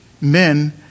men